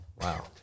Wow